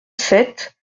sept